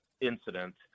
incident